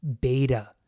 beta